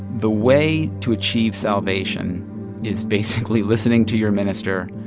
the way to achieve salvation is basically listening to your minister.